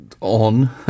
on